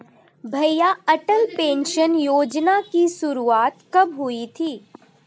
भैया अटल पेंशन योजना की शुरुआत कब हुई थी?